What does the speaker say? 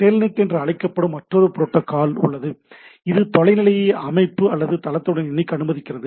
Telnet என்று அழைக்கப்படும் மற்றொரு புரோட்டோக்கால் உள்ளது இது தொலைநிலை அமைப்பு அல்லது தளத்துடன் இணைக்க அனுமதிக்கிறது